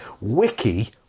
Wiki